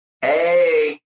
Hey